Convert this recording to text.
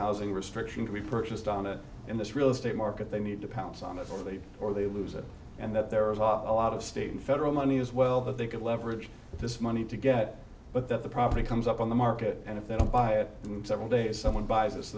housing restriction to be purchased on it in this real estate market they need to pounce on authority or they lose it and that there are a lot of state and federal money as well that they could leverage this money to get but that the property comes up on the market and if they don't buy it from several days someone buys